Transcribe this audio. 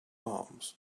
arms